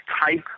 type